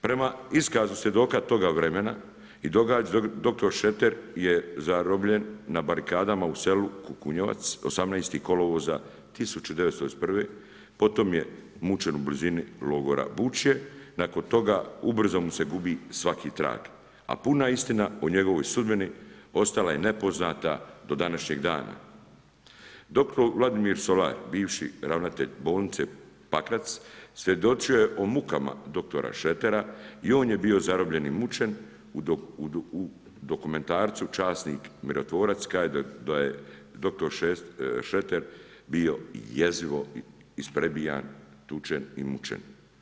Prema iskazu svjedoka toga vremena i događaja, dr. Šreter je zarobljen na barikadama u selu Kukunjevac, 18. kolovoza 1991., potom je mučen u blizini Logora Bučje, nakon toga ubrzo mu se gubi svaki trag, a puna istina o njegovoj sudbini ostala je nepoznata do današnjeg dana. d. Vladimir Solar, bivši ravnatelj bolnice Pakrac, svjedočio je o mukama dr. Šretera i on je bio zarobljen i mučen, u dokumentarcu Časnik mirotvorac kaže da je dr. Šreter bio jeziv isprebijan, tučen i mučen.